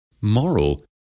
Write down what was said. moral